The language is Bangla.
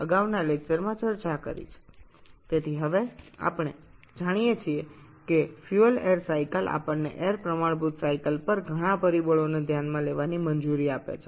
সুতরাং এখন আমরা জানি যে ফুয়েল এয়ার চক্রে আমাদের এয়ার স্ট্যান্ডার্ড চক্রের তুলনায় আরো কয়েকটি দিক আলোচনা করতে হয়